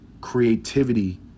creativity